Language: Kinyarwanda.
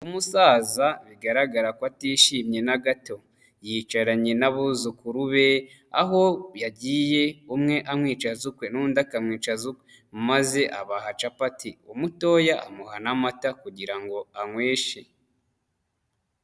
Umu musaza bigaragara ko atishimye na gato, yicaranye n'abuzukuru be aho yagiye umwe amwica ukwe n'undi akamwicaza ukwe maze abaha capati, umutoya amuha n'amata kugira ngo anyweshe.